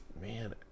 man